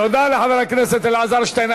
תודה לחבר הכנסת אלעזר שטרן.